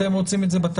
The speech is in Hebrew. אתם רוצים את זה בתקנות,